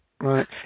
right